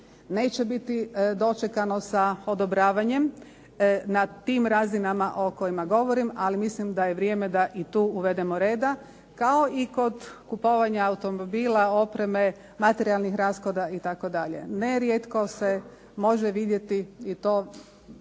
Neće biti dočekano sa odobravanjem na tim razinama o kojima govorim, ali mislim da je vrijeme da i tu uvedemo reda, kao i kod kupovanja automobila, opreme, materijalnih rashoda itd. Nerijetko se može vidjeti i to vrlo